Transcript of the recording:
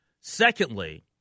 Secondly